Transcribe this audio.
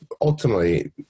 ultimately